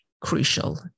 crucial